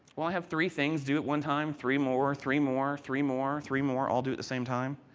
well, i have three things due at one time, three more, three more, three more, three more, all due at same time.